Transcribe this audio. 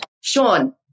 Sean